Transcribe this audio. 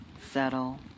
settle